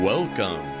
Welcome